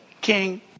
King